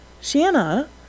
Shanna